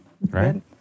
right